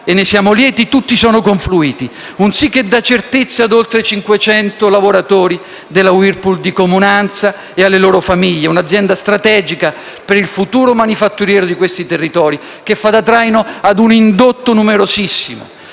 e ne siamo lieti - tutti sono confluiti: un sì che dà certezza a oltre 500 lavoratori della Whirlpool di Comunanza e alle loro famiglie; un'azienda strategica per il futuro manifatturiero di quei territori, che fa da traino a un indotto numerosissimo.